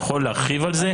אתה יכול להרחיב על זה?